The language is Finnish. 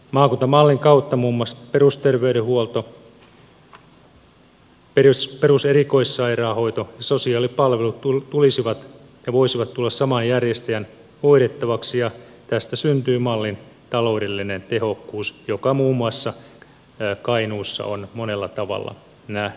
maakuntamallin kautta muun muassa perusterveydenhuolto peruserikoissairaanhoito sosiaalipalvelut voisivat tulla saman järjestäjän hoidettaviksi ja tästä syntyy mallin taloudellinen tehokkuus joka muun muassa kainuussa on monella tavalla nähty